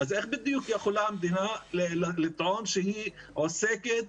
אז איך בדיוק יכולה המדינה לטעון שהיא עוסקת